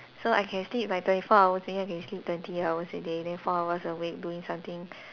so I can sleep like twenty four hours ya I can sleep twenty hours a day then four hours awake doing something